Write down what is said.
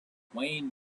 wayne